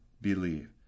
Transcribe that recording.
believe